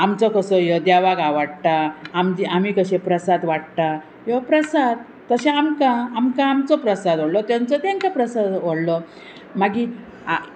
आमचो कसो ह्यो देवाक आवडटा आमची आमी कशे प्रसाद वाडटा ह्यो प्रसाद तशें आमकां आमकां आमचो प्रसाद व्हडलो तेंचो तांकां प्रसाद व्हडलो मागीर